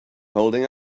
holding